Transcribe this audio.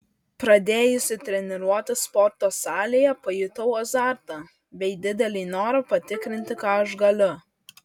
pradėjusi treniruotis sporto salėje pajutau azartą bei didelį norą patikrinti ką aš galiu